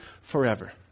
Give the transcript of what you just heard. forever